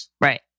Right